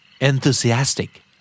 Enthusiastic